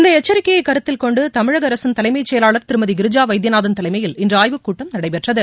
இந்த எச்சரிக்கையை கருத்தில் கொண்டு தமிழக அரசின் தலைமைச் செயலாளர் திருமதி கிரிஜா வைத்தியநாதன் தலைமையில் இன்று ஆய்வுக் கூட்டம் நடைபெற்றது